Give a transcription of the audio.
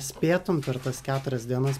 spėtum per tas keturias dienas